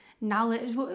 knowledge